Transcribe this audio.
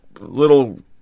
little